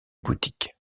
boutique